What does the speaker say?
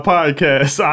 Podcast